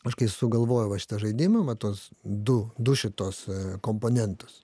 aš kai sugalvojau va šitą žaidimą va tuos du du šituos komponentus